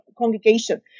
congregation